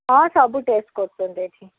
ହଁ ସବୁ ଟେଷ୍ଟ୍ କରୁଛନ୍ତି ଏଇଠି